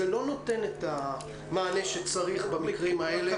זה לא נותן את המענה שצריך במקרים האלה.